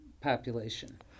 population